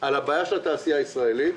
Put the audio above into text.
על הבעיה של התעשייה הישראלית,